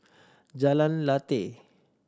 Jalan Lateh